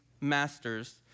masters